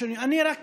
אני רק